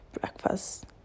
breakfast